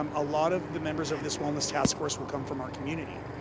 um a lot of the members of this wellness task force will come from our community.